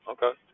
Okay